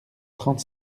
trente